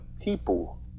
people